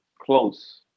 close